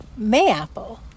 mayapple